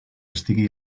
estigui